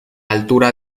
altura